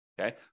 Okay